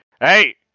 Hey